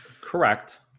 Correct